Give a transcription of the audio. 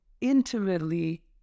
intimately